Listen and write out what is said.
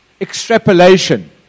extrapolation